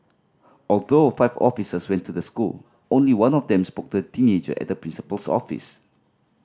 although five officers went to the school only one of them spoke the teenager at the principal's office